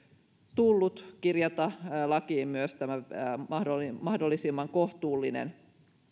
tullut kirjata lakiin myös tämä mahdollisimman kohtuullinen